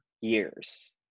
years